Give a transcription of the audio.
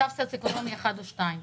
במצב סוציו-אקונומי 1 או 2,